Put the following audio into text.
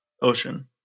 Ocean